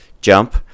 jump